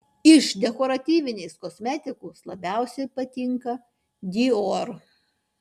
iš dekoratyvinės kosmetikos labiausiai patinka dior